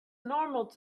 normal